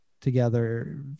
together